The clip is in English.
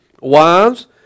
Wives